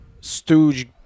Stooge